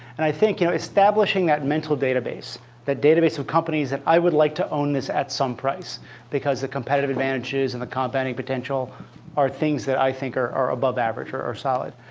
and i think you know establishing that mental database that database of companies that i would like to own this at some price because the competitive advantages and the compounding potential are things that i think are above average or or solid.